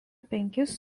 penkis